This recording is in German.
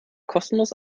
kostenlos